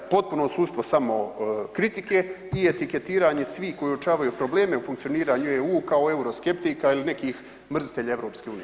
Potpuno odsustvo samokritike i etiketiranje svih koji uočavaju probleme u funkcioniraju EU kao euroskeptika ili nekih mrzitelja EU.